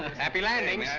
happy landings.